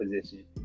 position